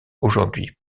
aujourd’hui